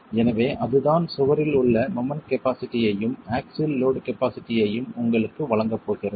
எனவே அதுதான் சுவரில் உள்ள மொமெண்ட் கபாஸிட்டி ஐயும் ஆக்ஸில் லோட் கபாஸிட்டி ஐயும் உங்களுக்கு வழங்கப் போகிறது